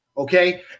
Okay